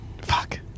Fuck